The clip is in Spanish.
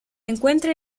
encuentra